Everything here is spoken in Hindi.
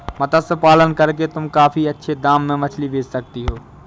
मत्स्य पालन करके तुम काफी अच्छे दाम में मछली बेच सकती हो